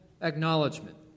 acknowledgement